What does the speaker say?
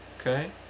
okay